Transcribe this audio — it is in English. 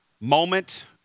moment